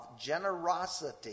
generosity